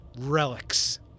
relics